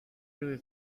really